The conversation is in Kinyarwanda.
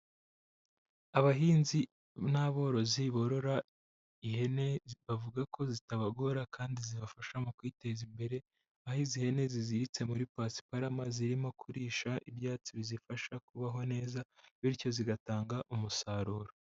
Aabahinzi n'aborozi borora ihene bavuga ko zitabagora kandi zibafasha mu kwiteza imbere, aho izi ihene ziziritse muri pasiparama zirimo kurisha ibyatsi bizifasha kubaho neza, bityo zigatanga umusaruro.